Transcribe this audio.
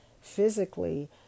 physically